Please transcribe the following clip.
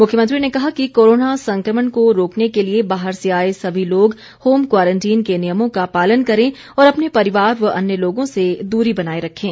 मुख्यमंत्री ने कहा कि कोरोना संक्रमण को रोकने के लिए बाहर से आए सभी लोग होम क्वारंटीन के नियमों का पालन करें और अपने परिवार व अन्य लोगों से दूरी बनाए रखें